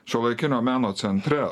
šiuolaikinio meno centre